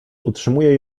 utrzymuje